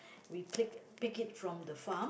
we pick pick it from the farm